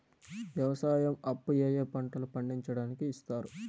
వ్యవసాయం అప్పు ఏ ఏ పంటలు పండించడానికి ఇస్తారు?